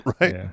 right